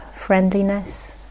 friendliness